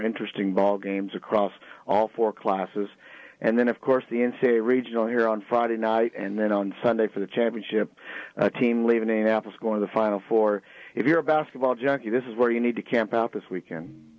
interesting ball games across all four classes and then of course the n c a a regional here on friday night and then on sunday for the championship team leaving apples going to the final four if you're about football junkie this is where you need to camp out this weekend